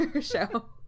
show